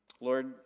Lord